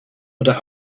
oder